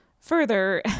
further